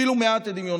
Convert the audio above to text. הפעילו מעט את דמיונכם